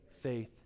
Faith